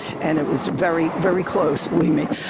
and it was very very close, believe me.